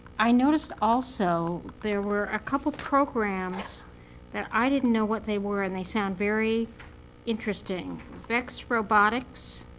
i noticed also there were a couple programs that i didn't know what they were. and they sound very interesting vex robotics.